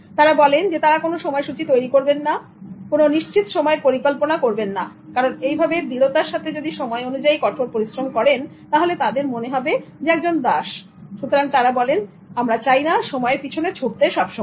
তারা বলেন তারা কোন সময় সূচি তৈরি করবেন না কোন নিশ্চিত সময়ের পরিকল্পনা করবেন না কারণ এইভাবে দৃঢ়তার সাথে সময় অনুযায়ী কঠোর পরিশ্রম করলে তাদের মনে হবে একজন দাস সুতরাং তারা বলেন আমি চাইনা সময় এর পিছনে ছুটতে সব সময়